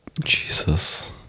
jesus